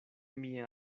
mia